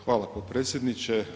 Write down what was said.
Hvala potpredsjedniče.